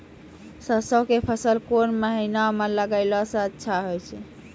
सरसों के फसल कोन महिना म लगैला सऽ अच्छा होय छै?